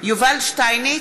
יובל שטייניץ,